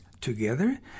together